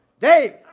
Dave